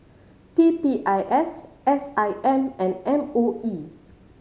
P P I S S I M and M O E